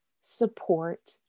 support